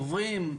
עוברים,